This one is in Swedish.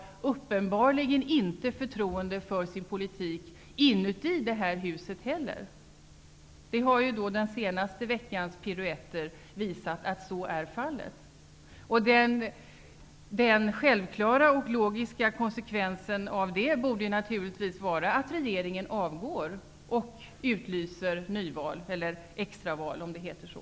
Uppenbarligen finns heller inte inom detta hus förtroende för den nuvarande regeringens politik. Den senaste veckans piruetter har visat att så är fallet. Den självklara och logiska konsekvensen av detta borde naturligtvis vara att regeringen avgår och utlyser nyval -- eller extraval, om det heter så.